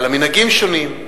היו לה מנהגים שונים,